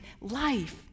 life